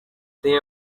they